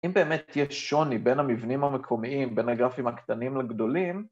אם באמת יהיה שוני בין המבנים המקומיים, בין הגרפים הקטנים לגדולים